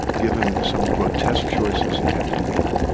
given some grotesque choices he had to make,